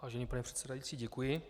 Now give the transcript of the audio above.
Vážený pane předsedající, děkuji.